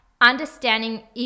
understanding